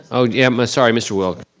and oh yeah, um sorry mr. wilk.